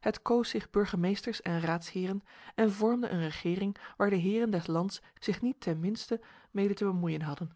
het koos zich burgemeesters en raadsheren en vormde een regering waar de heren des lands zich niet ten minste mede te bemoeien hadden